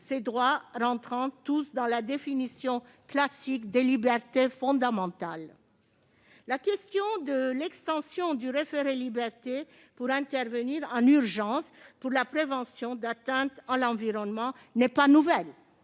ces droits entrant tous dans la définition classique des libertés fondamentales. La question de l'extension du référé-liberté visant à intervenir en urgence pour la prévention d'atteintes à l'environnement n'est pas nouvelle.